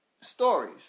stories